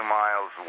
miles